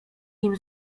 nim